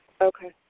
Okay